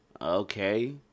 okay